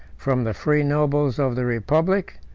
from the free nobles of the republic,